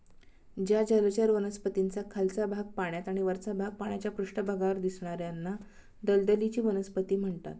ज्या जलचर वनस्पतींचा खालचा भाग पाण्यात आणि वरचा भाग पाण्याच्या पृष्ठभागावर दिसणार्याना दलदलीची वनस्पती म्हणतात